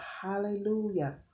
hallelujah